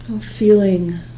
Feeling